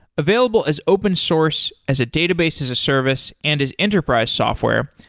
available as open source, as a database, as a service and as enterprise software,